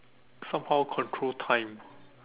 somehow control time